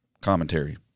commentary